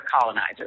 colonizers